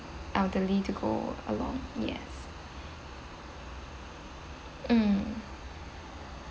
elderly to go along yes mm